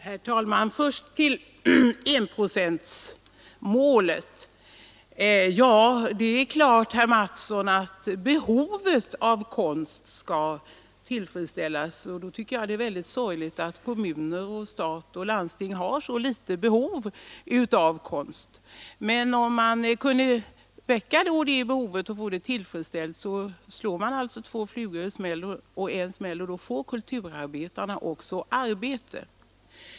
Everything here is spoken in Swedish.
Herr talman! Först beträffande enprocentsmålet. Det är klart, herr Mattsson i Lane-Herrestad, att behovet av konst skall tillfredsställas, men då tycker jag det är sorgligt att kommuner, stat och landsting har så litet behov av konst. Om man kunde väcka det behovet och få det tillfredsställt skulle kulturarbetarna också få arbete.